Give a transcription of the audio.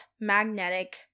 magnetic